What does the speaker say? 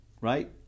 Right